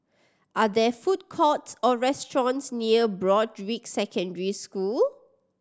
are there food courts or restaurants near Broadrick Secondary School